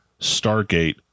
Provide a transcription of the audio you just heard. Stargate